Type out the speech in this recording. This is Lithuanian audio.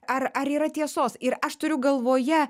ar ar yra tiesos ir aš turiu galvoje